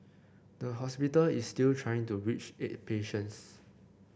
the hospital is still trying to reach eight patients